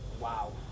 wow